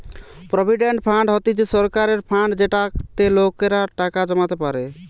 provident fund হতিছে সরকারের fund যেটাতে লোকেরা টাকা জমাতে পারে